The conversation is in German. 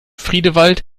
friedewald